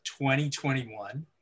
2021